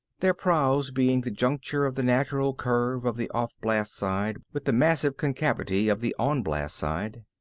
their prows being the juncture of the natural curve of the off-blast side with the massive concavity of the on-blast side.